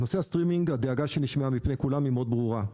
בנושא הסטרימינג הדאגה שנשמעה מפי כולם ברורה מאוד: